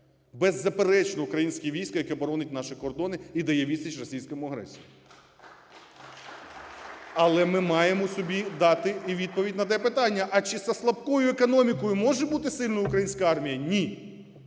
Беззаперечно, українське військо, яке боронить наші кордони і дає відсіч російському агресору. (Оплески) Але ми маємо собі дати і відповідь на те питання, а чи зі слабкою економікою може бути сильною українська армія? Ні.